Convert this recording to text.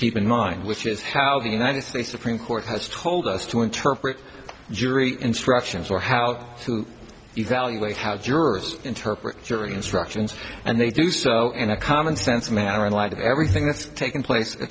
keep in mind which is how the united states supreme court has told us to interpret jury instructions or how to evaluate how jurors interpret jury instructions and they do so in a commonsense manner in light of everything that's taking place